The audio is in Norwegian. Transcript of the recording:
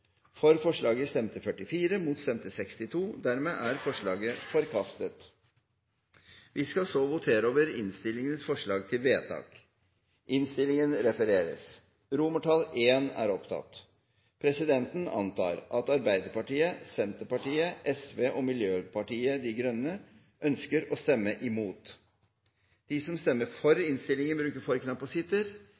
støtter forslaget. Vi skal så votere over innstillingens forslag til vedtak. Presidenten antar at Arbeiderpartiet, Senterpartiet, Sosialistisk Venstreparti og Miljøpartiet De Grønne ønsker å stemme imot. Vi skal videre votere over de øvrige romertall i innstillingens forslag til vedtak, og